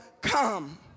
come